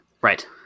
Right